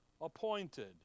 appointed